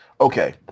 Okay